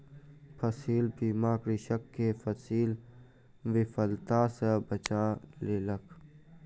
फसील बीमा कृषक के फसील विफलता सॅ बचा लेलक